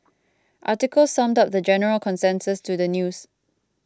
article summed up the general consensus to the news